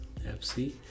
FC